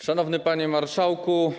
Szanowny Panie Marszałku!